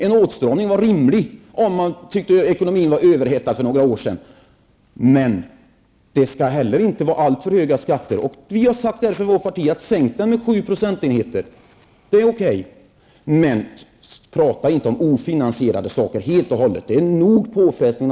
En åtstramning var rimlig när man för några år sedan ansåg att ekonomin var överhettad. Det skall heller inte finnas alltför höga skatter. Vi har från vårt parti sagt: Sänk mervärdeskatten för dessa varor och tjänster med 7 %, det är helt okej, men tala inte om helt och hållet ofinansierade sänkningar.